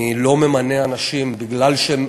אני לא ממנה אנשים בגלל שהם,